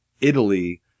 Italy